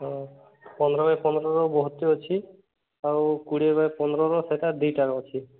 ହଁ ପନ୍ଦର ବାଇ ପନ୍ଦରର ବହୁତ ଅଛି ଆଉ କୋଡ଼ିଏ ବାଇ ପନ୍ଦରର ସେଇଟା ଦୁଇଟା ଅଛି